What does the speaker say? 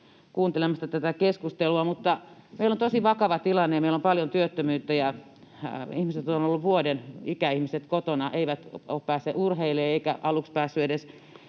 kuuntelemasta tätä keskustelua, mutta meillä on tosi vakava tilanne, ja meillä on paljon työttömyyttä, ja ikäihmiset ovat olleet vuoden kotona, eivät ole päässeet urheilemaan eivätkä aluksi päässeet edes